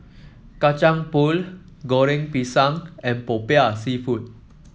Kacang Pool Goreng Pisang and popiah seafood